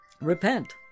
Repent